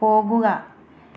പോകുക